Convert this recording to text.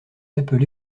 appelé